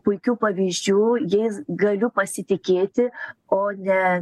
puikių pavyzdžių jais galiu pasitikėti o ne